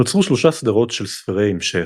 נוצרו שלוש סדרות של ספרי המשך,